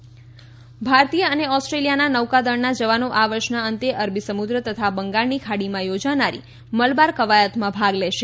મલબાર કવાયત ભારતીય અને ઓસ્ટ્રેલિયાના નૌકાદળના જવાનો આ વર્ષના અંતે અરબી સમુક્ર તથા બંગાળની ખાડીમાં યોજાનારી મલબાર કવાયતમાં ભાગ લેશે